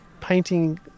painting